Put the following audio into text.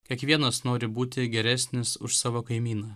kiekvienas nori būti geresnis už savo kaimyną